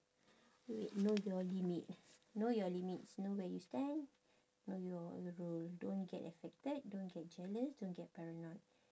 wait know your limit know your limits know where you stand know your role don't get affected don't get jealous don't get paranoid